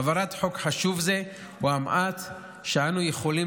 העברת חוק חשוב זה היא המעט שאנו יכולים